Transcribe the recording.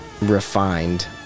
refined